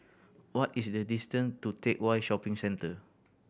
what is the distance to Teck Whye Shopping Centre